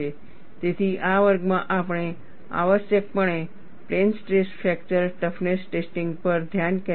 તેથી આ વર્ગમાં આપણે આવશ્યકપણે plane stress fracture toughness testing પર ધ્યાન કેન્દ્રિત કર્યું